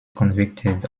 convicted